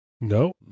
No